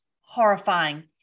horrifying